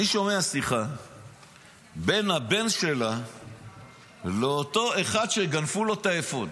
אני שומע שיחה בין הבן שלה לאותו אחד שגנבו לו את האפוד.